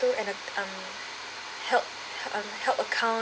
and uh um help help account